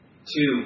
Two